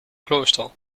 klooster